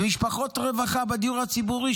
למשפחות רווחה בדיור הציבורי,